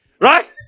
Right